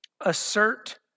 Assert